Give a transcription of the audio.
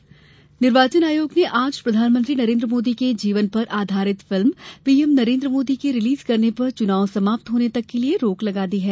film रोक निर्वाचन आयोग ने आज प्रधानमंत्री नरेंद्र मोदी के जीवन पर आधारित film P M Narendra Modi के रिलीज करने पर चुनाव समाप्त होने तक के लिए रोक लगा दी है